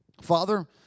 Father